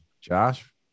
Josh